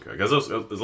okay